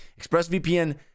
ExpressVPN